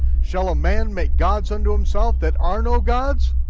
shall a man make gods unto himself that are no gods?